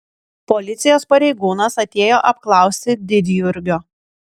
policijos pareigūnas atėjo apklausti didjurgio